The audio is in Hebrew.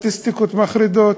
סטטיסטיקות מחרידות.